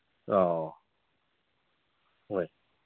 ꯑꯧ ꯍꯣꯏ